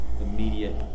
immediate